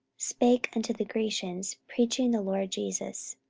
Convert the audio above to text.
spake unto the grecians, preaching the lord jesus.